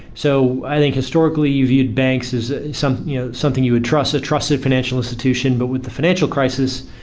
so i think historically you viewed banks as something you know something you would trust, a trusted financial institution but with the financial crisis,